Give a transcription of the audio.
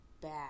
bad